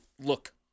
look